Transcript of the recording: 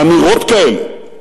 לאמירות אלה,